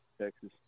Texas